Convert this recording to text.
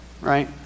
right